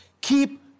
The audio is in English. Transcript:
Keep